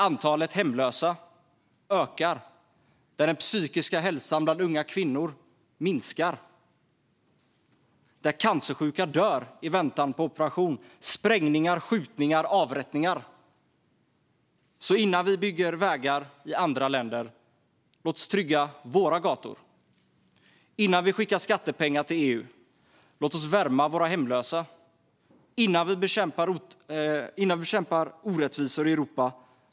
Antalet hemlösa ökar. Den psykiska hälsan minskar bland unga kvinnor. Cancersjuka dör i väntan på operation. Vi har sprängningar, skjutningar och avrättningar. Låt oss trygga våra egna gator innan vi bygger vägar i andra länder. Låt oss värma våra hemlösa innan vi skickar skattepengar till EU. Låt oss mätta våra äldre innan vi bekämpar orättvisor i Europa.